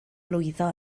lwyddo